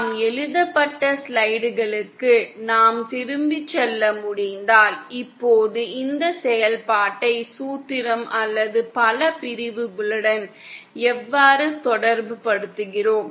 நம் எழுதப்பட்ட ஸ்லைடுகளுக்கு நாம் திரும்பிச் செல்ல முடிந்தால் இப்போது இந்த செயல்பாட்டை சூத்திரம் அல்லது பல பிரிவுகளுடன் எவ்வாறு தொடர்புபடுத்துகிறோம்